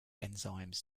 enzymes